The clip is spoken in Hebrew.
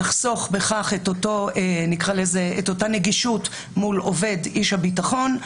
נחסוך בכך את אותו מה שנקרא לו הנגישות מול עובד איש הביטחון,